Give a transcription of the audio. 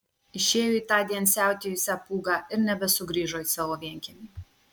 išėjo į tądien siautėjusią pūgą ir nebesugrįžo į savo vienkiemį